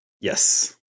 Yes